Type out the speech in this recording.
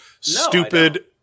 stupid